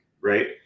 right